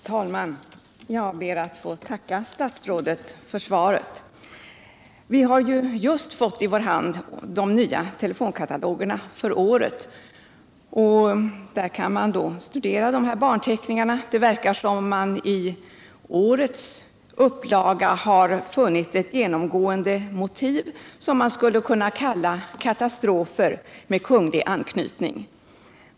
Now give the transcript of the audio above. Herr talman! Jag ber att få tacka statsrådet för svaret. Vi har just fått de nya telefonkatalogerna för året, och där kan man studera dessa barnteckningar. Det verkar som om man i årets upplaga har funnit ett genomgående motiv, som vi skulle kunna kalla katastrofer med kunglig anknytning.